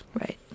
Right